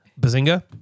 Bazinga